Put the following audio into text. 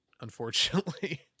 Unfortunately